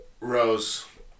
Rose